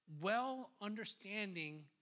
Well-understanding